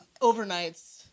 overnight's